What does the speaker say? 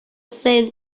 same